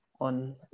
on